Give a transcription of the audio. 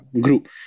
group